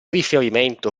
riferimento